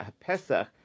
Pesach